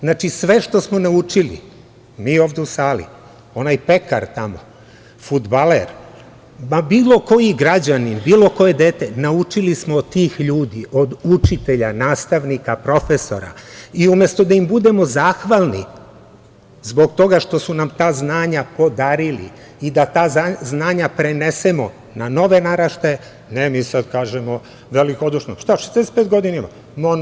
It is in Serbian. Znači, sve što smo naučili mi ovde u sali, onaj pekar tamo, fudbaler, ma bilo koji građanin, bilo koje dete, naučili smo od tih ljudi, od učitelja, nastavnika, profesora i umesto da im budemo zahvalni zbog toga što su nam ta znanja podarili i da ta znanja prenesemo na nove naraštaje, ne mi sad kažemo velikodušno – šta, 45 godina ima?